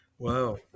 Wow